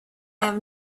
have